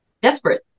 desperate